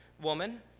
woman